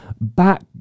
back